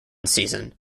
season